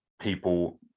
people